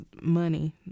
money